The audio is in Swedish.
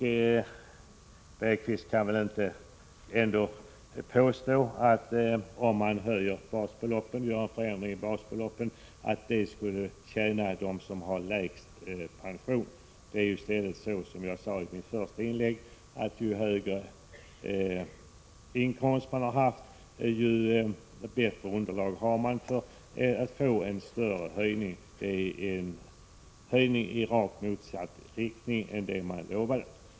Jan Bergqvist kan väl ändå inte påstå att en höjning av basbeloppet tjänar dem som har lägst pensioner? Det är ju i stället så, som jag sade i mitt första inlägg, att ju högre inkomster som sv man har haft, desto bättre underlag har man då för att få en större höjning. Det innebär alltså en höjning i rakt motsatt riktning mot vad man lovade.